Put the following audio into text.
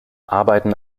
arbeiten